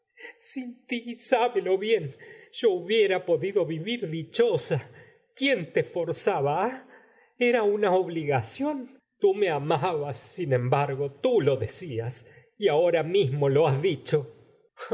sin tí sábelo bien yo hubiera podido vivir dichosa quién te forzaba ahl era una obligación tú me amabas sin embargo tú lo decías y ahora mismo lo has dicho